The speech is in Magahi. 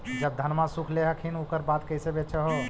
जब धनमा सुख ले हखिन उकर बाद कैसे बेच हो?